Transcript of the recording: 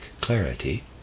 clarity